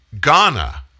Ghana